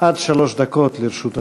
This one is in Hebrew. עד שלוש דקות לרשות אדוני.